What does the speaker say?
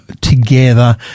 together